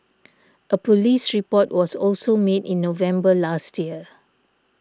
a police report was also made in November last year